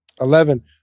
Eleven